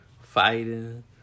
fighting